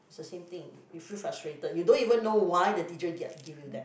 is the same thing you feel frustrated you don't even know why the teacher get give you that